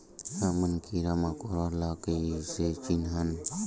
हमन कीरा मकोरा ला कइसे चिन्हन?